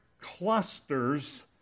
clusters